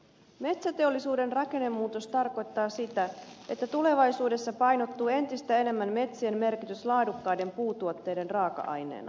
metsäteollisuuden rakennemuutos tarkoittaa sitä että tulevaisuudessa painottuu entistä enemmän metsien merkitys laadukkaiden puutuotteiden raaka aineena